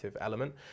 element